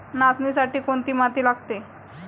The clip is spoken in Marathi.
नाचणीसाठी कोणती माती लागते?